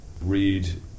read